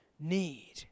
need